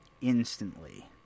instantly